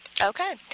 Okay